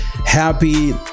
Happy